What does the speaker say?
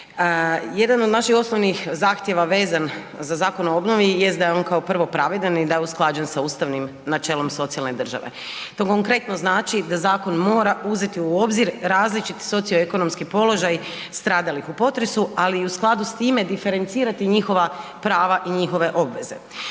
Jedan od naših osnovnih zahtjeva vezan za Zakon o obnovi jest da je on kao prvo, pravedan i da je usklađen sa ustavnim načelom socijalne države. To konkretno znači da zakon mora uzeti u obzir različiti socio-ekonomski položaj stradalih u potresu, ali i u skladu s time, diferencirati njihova prava i njihove obveze.